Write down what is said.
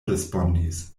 respondis